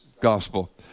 gospel